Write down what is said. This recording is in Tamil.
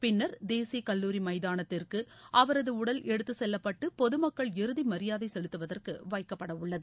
பின்னா் தேசிய கல்லூரி மைதானத்திற்கு அவரது உடல் எடுத்து செல்லப்பட்டு பொதுமக்கள் இறுதி மரியாதை செலுத்துவதற்கு வைக்கப்பட உள்ளது